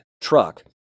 truck